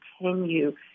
continue